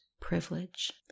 privilege